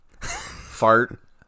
Fart